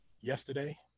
yesterday